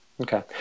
Okay